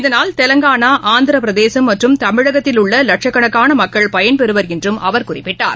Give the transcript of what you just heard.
இதனால் தெலங்கானா ஆந்திரப்பிரதேசம் மற்றும் தமிழகத்தில் உள்ள லட்சக்கணக்கான மக்கள் பயன் பெறுவர் என்று அவர் குறிப்பிட்டார்